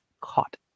caught